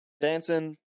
Dancing